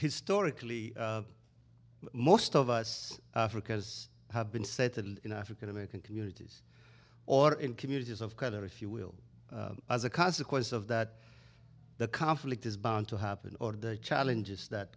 historically most of us africa's have been settled in african american communities or in communities of color if you will as a consequence of that that conflict is bound to happen or the challenges that